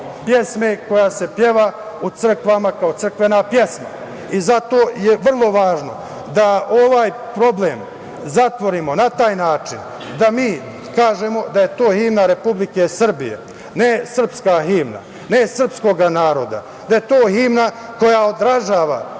pesme koja se peva u crkvama kao crkvena pesma. Zato je vrlo važno da ovaj problem zatvorimo na taj način da mi kažemo da je to himna Republike Srbije, ne srpska himna, ne srpskoga naroda, da je to himna koja odražava